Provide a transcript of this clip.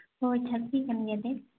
ᱦᱳᱭ ᱪᱟᱹᱥᱤ ᱠᱟᱱ ᱜᱮᱭᱟᱞᱮ